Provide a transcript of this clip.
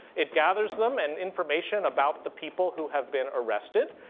it gathers them and information about the people who have been arrested,